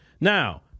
Now